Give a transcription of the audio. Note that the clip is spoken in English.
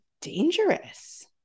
dangerous